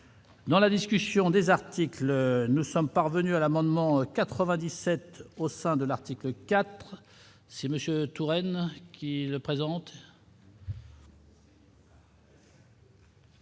Dans la discussion des articles, nous sommes parvenus à l'amendement 97 au sein de l'article 4. C'est Monsieur Touraine, qui le présente.